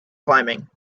climbing